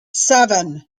seven